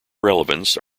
relevance